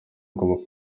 ngo